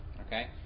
Okay